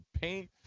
paint